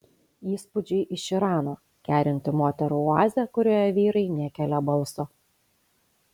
įspūdžiai iš irano kerinti moterų oazė kurioje vyrai nekelia balso